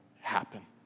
happen